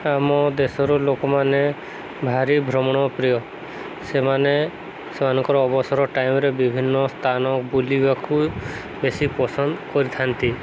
ଆମ ଦେଶର ଲୋକମାନେ ଭାରି ଭ୍ରମଣ ପ୍ରିୟ ସେମାନେ ସେମାନଙ୍କର ଅବସର ଟାଇମ୍ରେ ବିଭିନ୍ନ ସ୍ଥାନ ବୁଲିବାକୁ ବେଶୀ ପସନ୍ଦ କରିଥାନ୍ତି